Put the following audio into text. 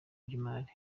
by’imari